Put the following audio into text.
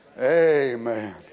Amen